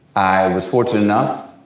was fortunate enough,